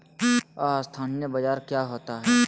अस्थानी बाजार क्या होता है?